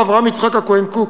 הרב אברהם יצחק הכהן קוק,